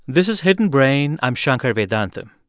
this is hidden brain. i'm shankar vedantam.